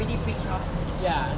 ya